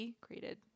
created